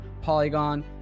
Polygon